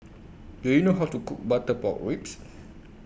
Do YOU know How to Cook Butter Pork Ribs